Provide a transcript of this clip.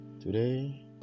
Today